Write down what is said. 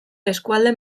eskualde